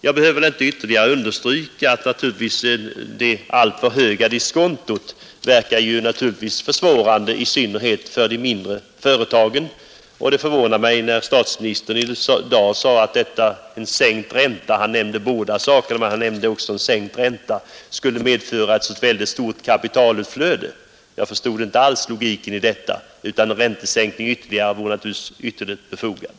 Jag behöver inte understryka att det höga diskontot naturligtvis verkar försvårande, i synnerhet för de mindre företagen. Det förvånade mig att statsministern i dag nämnde att en sänkt ränta skulle medföra ett stort kapitalutflöde. Jag förstår inte alls logiken i detta. En räntesänkning vore naturligtvis ytterligt befogad.